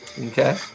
Okay